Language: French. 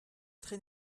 trés